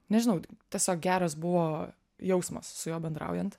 nežinau tiesiog geras buvo jausmas su juo bendraujant